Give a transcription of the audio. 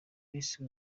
visi